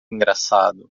engraçado